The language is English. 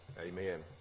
Amen